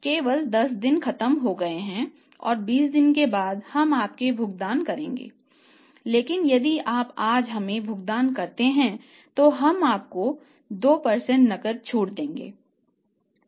केवल 10 दिन खत्म हो गए हैं और 20 दिनों के बाद आप हमें भुगतान करेंगे लेकिन यदि आप आज हमें भुगतान करते हैं तो हम आपको 2 नकद छूट देंगे